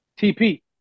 TP